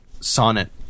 Sonnet